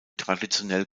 traditionell